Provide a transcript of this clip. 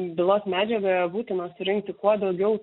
bylos medžiagoje būtina surinkti kuo daugiau